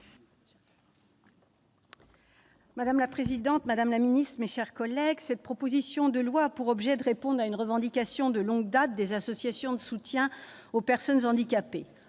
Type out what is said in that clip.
Madame la présidente, madame la secrétaire d'État, mes chers collègues, cette proposition de loi a pour objet de répondre à une revendication de longue date des associations de soutien aux personnes handicapées.